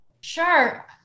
Sure